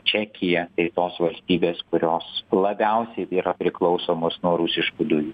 čekija tai tos valstybės kurios labiausiai yra priklausomos nuo rusiškų dujų